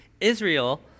Israel